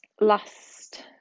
last